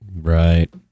Right